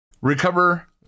recover